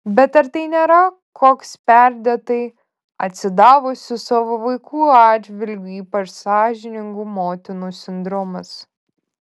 bet ar tai nėra koks perdėtai atsidavusių savo vaikų atžvilgiu ypač sąžiningų motinų sindromas